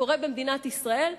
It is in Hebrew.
קורה במדינת ישראל,